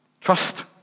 Trust